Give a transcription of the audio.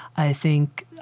i think